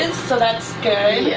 and so that's good. yeah.